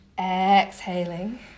exhaling